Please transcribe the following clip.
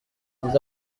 des